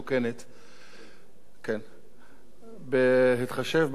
בהתחשב בעובדה שהממשלה